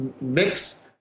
mix